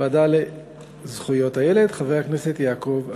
הוועדה לזכויות הילד חבר הכנסת יעקב אשר.